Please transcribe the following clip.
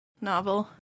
novel